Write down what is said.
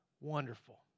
wonderful